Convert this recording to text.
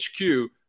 hq